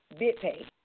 Bitpay